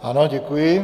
Ano, děkuji.